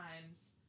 times